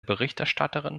berichterstatterin